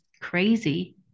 crazy